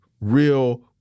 real